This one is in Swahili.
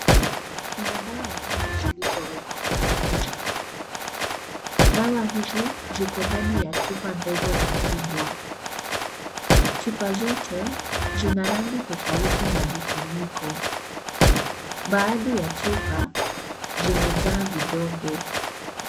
Kuna dawa nyingi zilizowekwa kwenye meza. Dawa hizi ziko ndani ya chupa ndogo na kubwa. Chupa zote zina rangi tofauti na vifuniko. Baadhi ya chupa zimejaa vidonge.